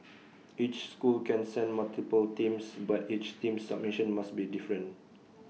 each school can send multiple teams but each team's submission must be different